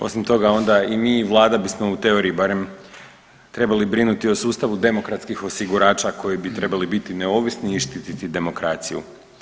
Osim toga onda i mi i vlada bismo u teoriji barem trebali brinuti u sustavu demokratskih osigurača koji bi trebali biti neovisni i štititi demokraciju.